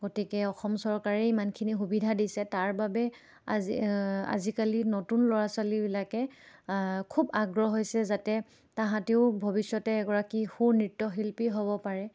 গতিকে অসম চৰকাৰে ইমানখিনি সুবিধা দিছে তাৰ বাবে আজি আজিকালি নতুন ল'ৰা ছোৱালীবিলাকে খুব আগ্ৰহ হৈছে যাতে তাহাঁতিও ভৱিষ্যতে এগৰাকী সু নৃত্যশিল্পী হ'ব পাৰে